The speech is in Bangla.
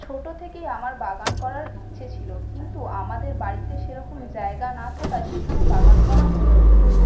ছোটো থেকেই আমার বাগান করার ইচ্ছে ছিলো কিন্তু আমাদের বাড়িতে সেরকম জায়গা না থাকায় সেখানে বাগান করা হয়ে ওঠেনি